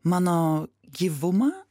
mano gyvumą